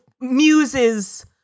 muses